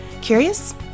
Curious